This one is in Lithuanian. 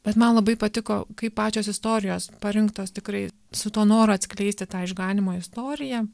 bet man labai patiko kaip pačios istorijos parinktos tikrai su tuo noru atskleisti tą išganymo istoriją